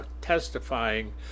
testifying